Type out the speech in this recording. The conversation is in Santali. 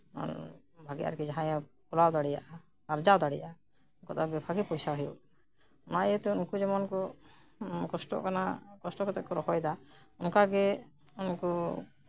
ᱚᱱᱟᱜᱮ ᱟᱨᱠᱤ ᱡᱟᱸᱦᱟᱭ ᱮ ᱯᱷᱚᱞᱟᱣ ᱫᱟᱲᱮ ᱟᱜᱼᱟ ᱵᱟᱧᱪᱟᱣ ᱫᱟᱲᱮᱭᱟᱜᱼᱟ ᱛᱟᱦᱞᱮ ᱵᱷᱟᱜᱮ ᱯᱚᱭᱥᱟ ᱦᱩᱭᱩᱜᱼᱟ ᱚᱱᱟ ᱤᱭᱟᱹᱛᱮ ᱩᱱᱠᱩ ᱡᱮᱢᱚᱱ ᱠᱚ ᱠᱚᱥᱴᱚᱜ ᱠᱟᱱᱟ ᱠᱚᱥᱴᱚ ᱠᱟᱛᱮᱜ ᱠᱚ ᱨᱚᱦᱚᱭ ᱫᱟ ᱚᱱᱠᱟᱜᱮ ᱩᱱᱠᱩ